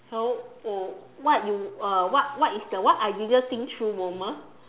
so w~ what you uh what what is the what I didn't think through moment